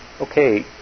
Okay